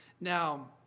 Now